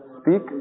speak